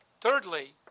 Thirdly